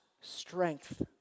strength